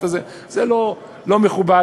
זה לא מכובד,